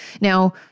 Now